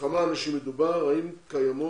בכמה אנשים מדובר, האם קיימות